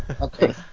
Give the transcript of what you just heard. Okay